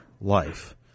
life